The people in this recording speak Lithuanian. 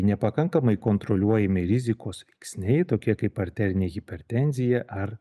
nepakankamai kontroliuojami rizikos veiksniai tokie kaip arterinė hipertenzija ar